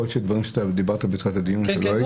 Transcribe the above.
יכול להיות שדברים שאתה אמרת בתחילת הדיון כשלא הייתי,